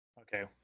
Okay